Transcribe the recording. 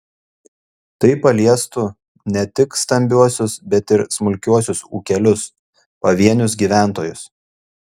tai paliestų ne tik stambiuosius bet ir smulkiuosius ūkelius pavienius gyventojus